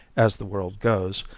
as the world goes,